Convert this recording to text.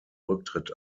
rücktritt